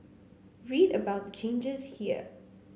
read about the changes here